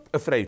afraid